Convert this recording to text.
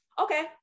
Okay